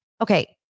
Okay